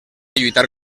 lluitar